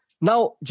Now